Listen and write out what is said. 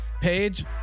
page